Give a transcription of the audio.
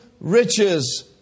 riches